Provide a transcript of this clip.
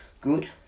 good